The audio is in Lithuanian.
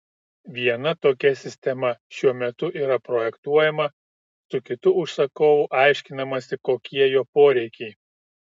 viena tokia sistema šiuo metu yra projektuojama su kitu užsakovu aiškinamasi kokie jo poreikiai